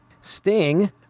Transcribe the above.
Sting